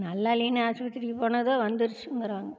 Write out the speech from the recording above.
நல்லா இல்லைன்னு ஆஸ்பத்திரிக்கு போனது தான் வந்துருச்சுங்கிறாங்க